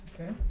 Okay